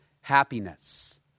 happiness